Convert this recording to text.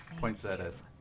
Poinsettias